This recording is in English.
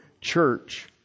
church